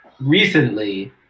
recently